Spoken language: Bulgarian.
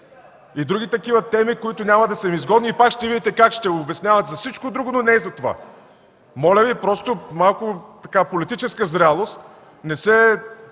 И други такива теми, които няма да са им изгодни, и пак ще видите как ще обясняват за всичко друго, но не и за това. Моля Ви, малко политическа зрялост, не се